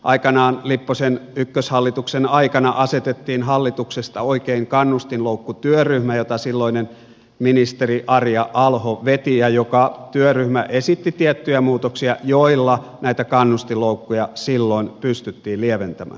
aikanaan lipposen ykköshallituksen aikana asetettiin hallituksesta oikein kannustinloukkutyöryhmä jota silloinen ministeri arja alho veti ja joka työryhmä esitti tiettyjä muutoksia joilla näitä kannustinloukkuja silloin pystyttiin lieventämään